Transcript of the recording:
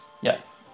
Yes